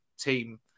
team